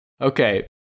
okay